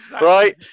Right